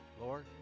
Lord